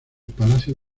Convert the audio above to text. palacio